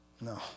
No